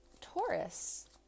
Taurus